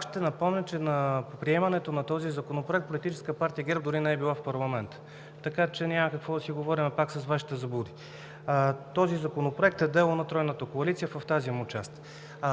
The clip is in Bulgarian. пак ще напомня, че на приемането на този закон Политическа партия ГЕРБ дори не е била в парламента, така че няма какво да си говорим пак за Вашите заблуди. Този законопроект е дело на Тройната коалиция в тази му част.